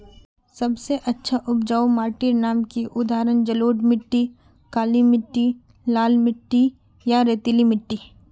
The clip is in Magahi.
सबसे अच्छा उपजाऊ माटिर नाम की उदाहरण जलोढ़ मिट्टी, काली मिटटी, लाल मिटटी या रेतीला मिट्टी?